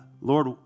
Lord